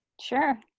sure